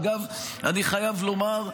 אגב, אני חייב לומר,